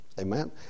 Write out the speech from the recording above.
Amen